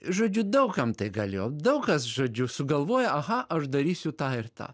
žodžiu daug kam tai galėjo daug kas žodžiu sugalvoja aha aš darysiu tą ir tą